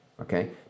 Okay